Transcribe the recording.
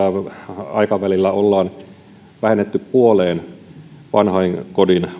aikavälillä ollaan vähennetty puoleen vanhainkodin